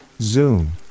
Zoom